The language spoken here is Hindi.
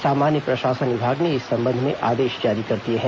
सामान्य प्रशासन विभाग ने इस संबंध में आदेश जारी कर दिए हैं